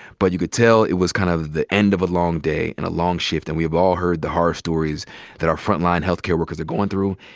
but you could tell it was kind of the end of a long day and a long shift. and we have all heard the harsh stories that our front-line health care workers are goin' through.